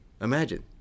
Imagine